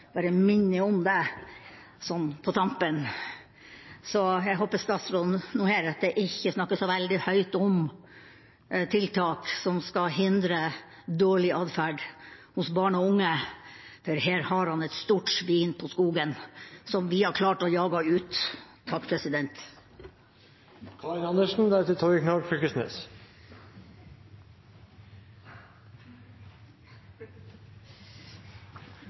sånn på tampen. Så jeg håper statsråden heretter ikke snakker så veldig høyt om tiltak som skal hindre dårlig atferd hos barn og unge, for her har han et stort svin på skogen, som vi har klart å jage ut.